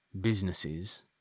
businesses